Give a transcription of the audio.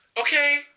Okay